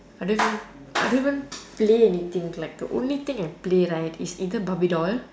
I don't even I don't even play anything like the only thing I play right is either barbie doll